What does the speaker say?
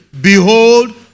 Behold